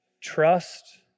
Trust